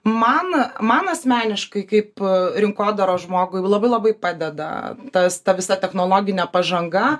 man man asmeniškai kaip rinkodaros žmogui labai labai padeda tas ta visa technologinė pažanga